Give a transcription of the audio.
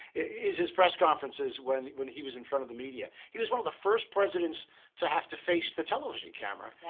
it's this press conferences when when he was in front of the media. he was one of the first presidents to have to face the television camera.